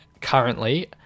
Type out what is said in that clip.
currently